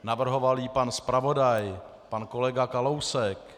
Navrhoval ji pan zpravodaj, pan kolega Kalousek.